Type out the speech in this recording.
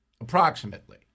approximately